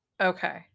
Okay